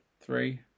three